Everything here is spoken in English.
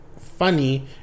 funny